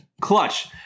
Clutch